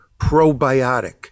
probiotic